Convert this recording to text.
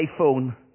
iPhone